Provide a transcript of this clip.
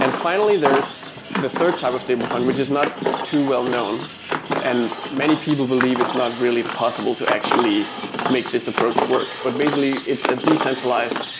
and finally there is the third type of stablecoin, which is not too well-known and many people believe it's not really possible to actually make this approach work. but basically, it's a decentralized,